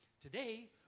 Today